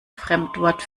fremdwort